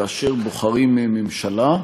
כאשר בוחרים ממשלה,